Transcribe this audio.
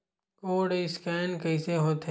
Code scan कइसे होथे?